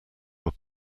were